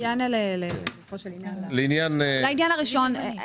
לעניין הראשון,